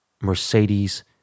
Mercedes